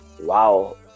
wow